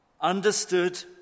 understood